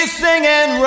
singing